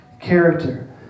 character